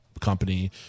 company